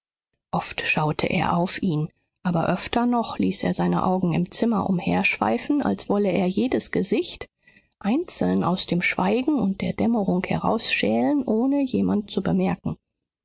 oft schaute er auf ihn aber öfter noch ließ er seine augen im zimmer umherschweifen als wolle er jedes gesicht einzeln aus dem schweigen und der dämmerung herausschälen ohne jemand zu bemerken